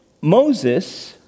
Moses